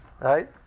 right